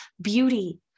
beauty